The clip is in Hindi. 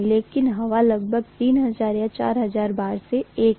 लेकिन हवा लगभग 3000 या 4000 बार से 1 है